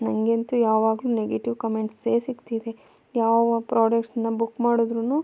ನಂಗಂತೂ ಯಾವಾಗಲೂ ನೆಗೆಟಿವ್ ಕಮೆಂಟ್ಸೇ ಸಿಕ್ತಿದೆ ಯಾವ ಪ್ರೋಡಕ್ಟ್ಸ್ನ ಬುಕ್ ಮಾಡಿದ್ರೂ